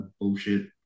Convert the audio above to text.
bullshit